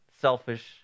selfish